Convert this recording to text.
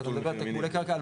אתה מדבר על תגמולי קרקע?